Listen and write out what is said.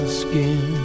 skin